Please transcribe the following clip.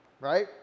right